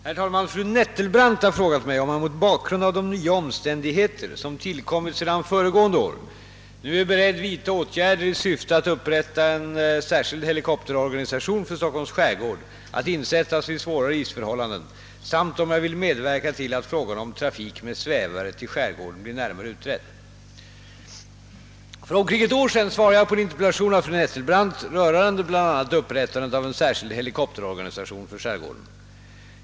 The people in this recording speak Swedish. Herr talman! Fru Nettelbrandt har frågat mig om jag mot bakgrund av de nya omständigheter som tillkommit sedan föregående år nu är beredd vidta åtgärder i syfte att upprätta en särskild helikopterorganisation för Stockholms skärgård att insättas vid svårare isförhållanden samt om jag vill medverka till att frågan om trafik med svävare i skärgården blir närmare utredd. För omkring ett år sedan svarade jag på en interpellation av fru Nettelbrandt rörande bl.a. upprättandet av en särskild helikopterorganisation för skärgården.